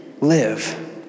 live